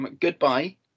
Goodbye